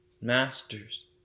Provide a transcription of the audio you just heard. masters